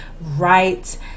right